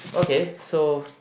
okay so